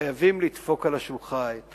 חייבים לדפוק על השולחן,